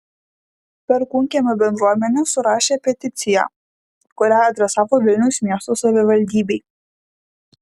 perkūnkiemio bendruomenė surašė peticiją kurią adresavo vilniaus miesto savivaldybei